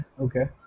okay